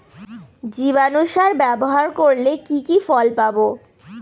জীবাণু সার ব্যাবহার করলে কি কি ফল পাবো?